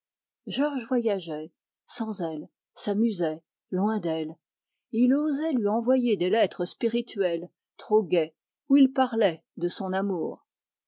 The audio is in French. georges voyageait sans elle s'amusait loin d'elle et il osait lui envoyer des lettres spirituelles trop gaies où il parlait de son amour